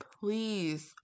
Please